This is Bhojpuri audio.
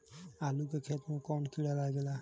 आलू के खेत मे कौन किड़ा लागे ला?